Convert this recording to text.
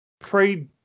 pre